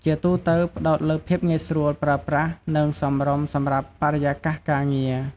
ជាទូទៅផ្តោតលើភាពងាយស្រួលប្រើប្រាស់ និងសមរម្យសម្រាប់បរិយាកាសការងារ។